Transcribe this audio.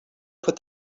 put